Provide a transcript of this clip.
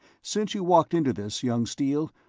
since you walked into this, young steele,